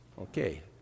Okay